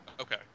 Okay